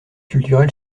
culturel